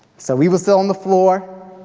so we would sit on the floor.